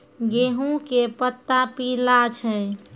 गेहूँ के पत्ता पीला छै?